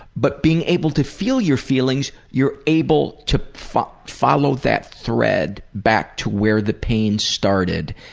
but being able to feel your feelings, you're able to follow follow that thread back to where the pain started.